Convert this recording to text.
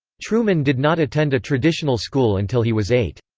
truman did not attend a traditional school until he was eight.